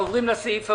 הישיבה ננעלה בשעה